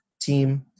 team